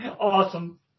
Awesome